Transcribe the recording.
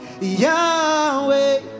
Yahweh